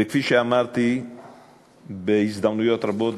וכפי שאמרתי בהזדמנויות רבות,